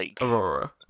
Aurora